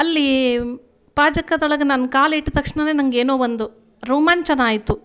ಅಲ್ಲಿ ಪಾಜಕದೊಳಗೆ ನಾನು ಕಾಲಿಟ್ಟ ತಕ್ಷ್ಣವೇ ನಂಗೆ ಏನೋ ಒಂದು ರೋಮಾಂಚನ ಆಯಿತು